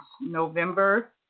November